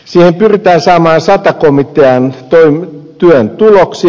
siihen pyritään saamaan se että emmittyään kömmittyään turhaksi